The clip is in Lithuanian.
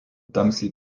tamsiai